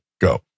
go